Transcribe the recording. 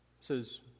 says